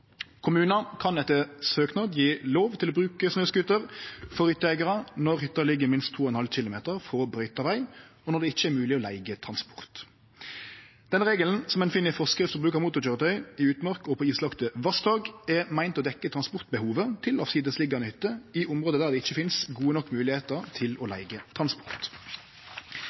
Kommunar kan etter søknad gje hytteeigarar lov til å bruke snøscooter når hytta ligg minst 2,5 km frå brøyta veg, og når det ikkje er mogleg å leige transport. Den regelen som ein finn i forskrift for bruk av motorkjøretøyer i utmark og på islagte vassdrag, er meint å dekkje transportbehovet til avsidesliggjande hytter i område der det ikkje finst gode nok moglegheiter til å leige transport.